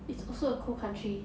it's also a cold country